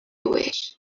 wish